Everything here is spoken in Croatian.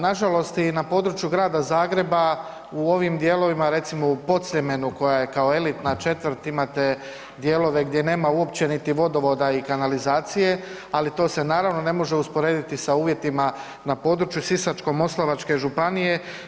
Nažalost i na području Grada Zagreba u ovim dijelovima, recimo u Podsljemenu koja je kao elitna četvrt, imate dijelove gdje nema uopće niti vodovoda i kanalizacije, ali to se naravno ne može usporediti sa uvjetima na području Sisačko-moslavačke županije.